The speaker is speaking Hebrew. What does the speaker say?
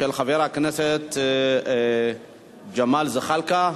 של חבר הכנסת ג'מאל זחאלקה.